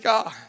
God